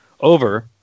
over